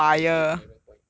legit like rank point